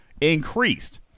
increased